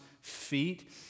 feet